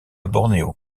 bornéo